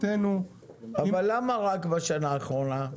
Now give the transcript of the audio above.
אבל למה רק בשנה האחרונה?